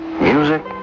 music